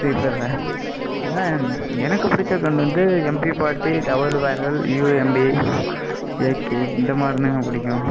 ஃப்ரீஃபயரில் அதில் எனக்கு பிடிச்ச கன் வந்து M P forty double barrel U M P AK இந்த மாதிரின்னாங்க பிடிக்கும்